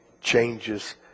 changes